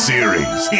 Series